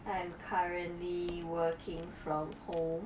I am currently working from home